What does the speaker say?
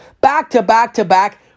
Back-to-back-to-back